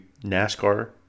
NASCAR